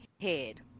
head